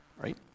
right